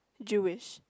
Jewish